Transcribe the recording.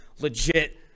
legit